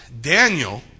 Daniel